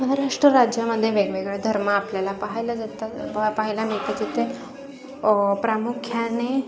महाराष्ट्र राज्यामध्ये वेगवेगळे धर्म आपल्याला पाहायला जातात पा पाहायला मिळतात जिथे प्रामुख्याने